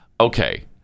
okay